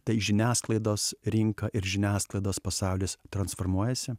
tai žiniasklaidos rinka ir žiniasklaidos pasaulis transformuojasi